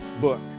book